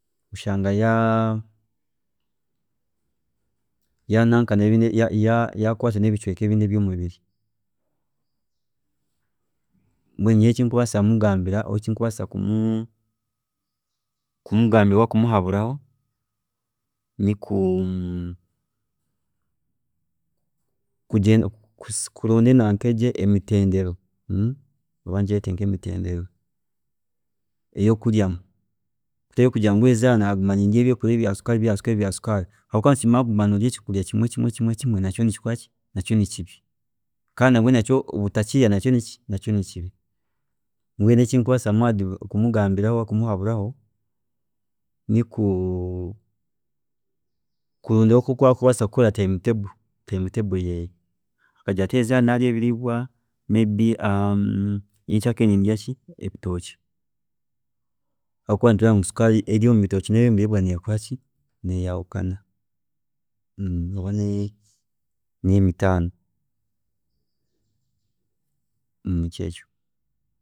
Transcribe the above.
﻿Kushanga ya, yananka ya- yakwasire nebindi bicweeka byomubiri, mbwenu nyowe ekindikubaasa kumugambira ninga okumuhaburaho niku nokuronda naka egi emitendera oba ngyeete nkemitendera eyokuryamu, kutari kugira ngu eriizooba naguma nindya ebyokurya bya sukaari habwokuba nitukimanya ngu kuguma norya ekyokurya kimwe, kimwe, kimwe nakyo nikikora ki, nakyo nikibi, kandi nabwe kuguma otarikukirya nakyo nikibi, mbwenu eki nkubaasa kumuadi kumugambiraho kumuhaburaho niku, nikureeba ngu yakora time table yeeye, kureeba ngu eriizooba narya ebiriibwa nyenkyakare ninza kurya ki ebitookye habwokuba nitureeba ngu sukaari erikuba eri omubinyoobwa nebitookye neyahukana, oba neyomutaano nikyo ekyo